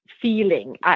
feeling